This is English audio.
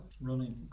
Running